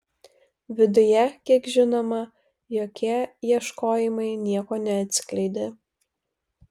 viduje kiek žinoma jokie ieškojimai nieko neatskleidė